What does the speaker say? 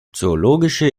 zoologische